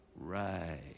Right